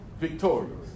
victorious